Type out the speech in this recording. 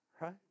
Right